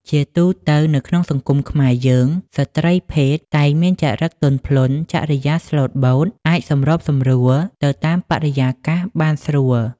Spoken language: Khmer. ជាទូទៅនៅក្នុងសង្គមខ្មែរយើង ស្រ្តីភេទតែងមានចរិកទន់ភ្លន់ ចរិយាស្លូតបូត អាចសម្របសម្រួលទៅតាមបរិយាកាសបានស្រួល ។